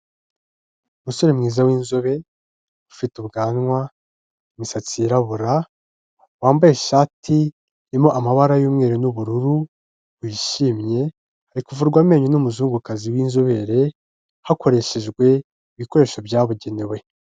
Umusore mwiza w'inzobe, ufite ubwanwa, imisatsi yirabura, wambaye ishati irimo amabara y'umweru n'ubururu, wishimye, ari kuvurwa amenyo n'umuzungukazi w'inzobere, hakoreshejwe ibikoresho byabugenewe.